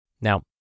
Now